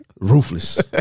ruthless